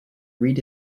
read